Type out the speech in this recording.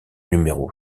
numéro